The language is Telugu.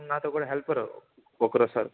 నాతో కూడా హెల్పరు ఒకరొస్తారు